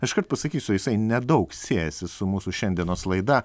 iškart pasakysiu jisai nedaug siejasi su mūsų šiandienos laida